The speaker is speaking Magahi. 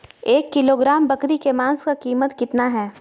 एक किलोग्राम बकरी के मांस का कीमत कितना है?